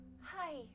Hi